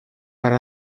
para